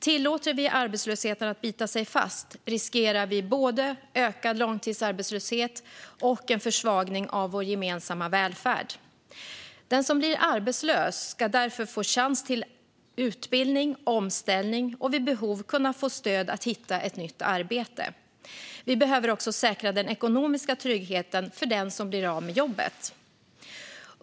Tillåter vi arbetslösheten att bita sig fast riskerar vi både ökad långtidsarbetslöshet och en försvagning av vår gemensamma välfärd. Den som blir arbetslös ska därför få chans till utbildning och omställning och vid behov kunna få stöd att hitta ett nytt arbete. Vi behöver också säkra den ekonomiska tryggheten för den som blir av med jobbet.